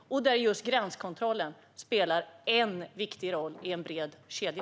Där spelar just gränskontrollen en viktig roll i en bred kedja.